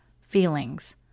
feelings